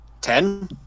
Ten